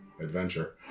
adventure